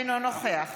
אינו נוכח